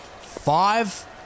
five